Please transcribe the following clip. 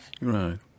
Right